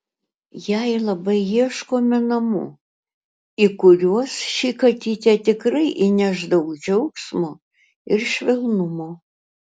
jai labai ieškome namų į kuriuos ši katytė tikrai įneš daug džiaugsmo ir švelnumo